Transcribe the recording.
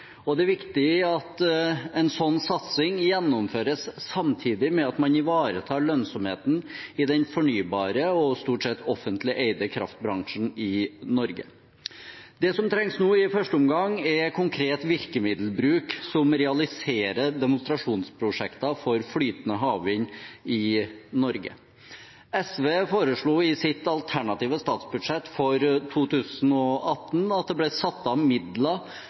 Det er viktig at en sånn satsing gjennomføres samtidig med at man ivaretar lønnsomheten i den fornybare og stort sett offentlig eide kraftbransjen i Norge. Det som trengs nå i første omgang, er konkret virkemiddelbruk som realiserer demonstrasjonsprosjekter for flytende havvind i Norge. SV foreslo i sitt alternative statsbudsjett for 2018 at det skulle settes av midler